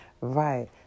Right